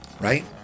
right